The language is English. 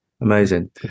Amazing